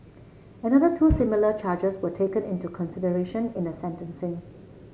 another two similar charges were taken into consideration in the sentencing